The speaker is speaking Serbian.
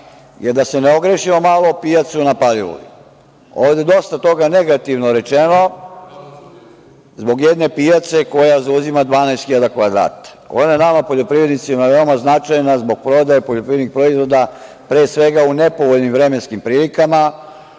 je da se ne ogrešimo malo o pijacu na Paliluli. Ovde je dosta toga negativno rečeno, zbog jedne pijace koja zauzima 12.000 kvadrata. Ona je nama poljoprivrednicima veoma značajna zbog prodaje poljoprivrednih proizvoda, pre svega u nepovoljnim vremenskim prilikama,